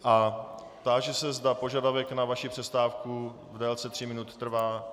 A táži se , zda požadavek na vaši přestávku v délce tří minut trvá.